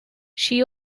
she